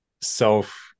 self-